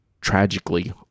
tragically